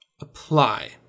apply